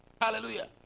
Hallelujah